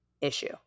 issue